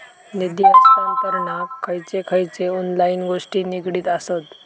निधी हस्तांतरणाक खयचे खयचे ऑनलाइन गोष्टी निगडीत आसत?